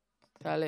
זנדברג.